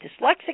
dyslexic